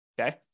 Okay